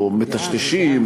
או מטשטשים,